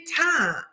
time